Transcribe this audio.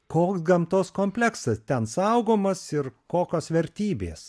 koks gamtos kompleksas ten saugomas ir kokios vertybės